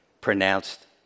pronounced